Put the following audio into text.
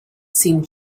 seemed